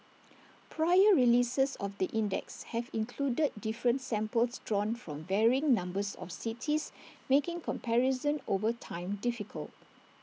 prior releases of the index have included different samples drawn from varying numbers of cities making comparison over time difficult